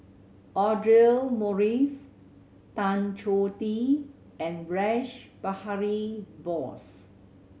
Audra Morrice Tan Choh Tee and Rash Behari Bose